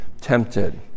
tempted